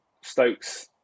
Stokes